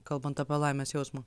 kalbant apie laimės jausmą